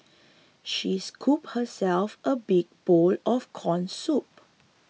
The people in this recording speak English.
she scooped herself a big bowl of Corn Soup